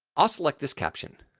i'll select this caption.